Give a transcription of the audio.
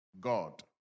God